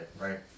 right